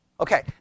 Okay